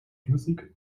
flüssig